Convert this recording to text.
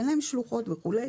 אין להם שלוחות וכו'.